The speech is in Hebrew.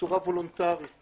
בצורה וולונטרית